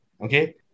okay